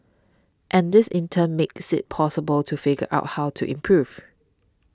and this in turn makes it possible to figure out how to improve